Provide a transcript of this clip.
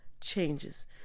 changes